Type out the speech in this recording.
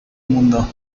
mundo